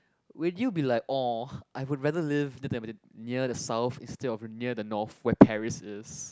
will you be like orh I would rather live near the south instead of near the north where Paris is